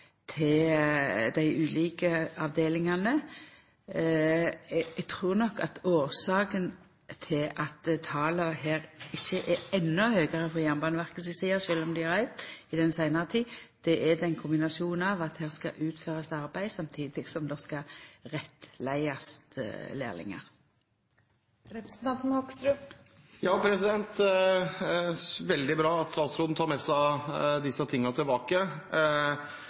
til dei ulike avdelingane. Eg trur nok at årsaka til at tala her ikkje er endå høgare frå Jernbaneverket si side, sjølv om dei har auka i den seinare tida, er ein kombinasjon av at her skal det utførast arbeid, og samstundes skal ein rettleia lærlingar. Det er veldig bra at statsråden tar med seg disse tingene tilbake.